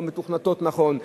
לא מתוכנתות נכון.